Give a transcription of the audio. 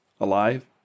alive